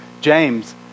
James